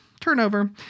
turnover